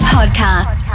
Podcast